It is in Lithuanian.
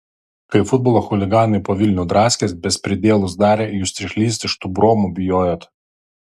kai futbolo chuliganai po vilnių draskės bespridielus darė jūs išlįst iš tų bromų bijojot